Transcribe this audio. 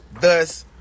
Thus